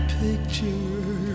picture